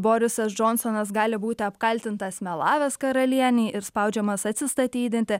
borisas džonsonas gali būti apkaltintas melavęs karalienei ir spaudžiamas atsistatydinti